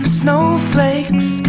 snowflakes